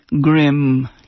Grim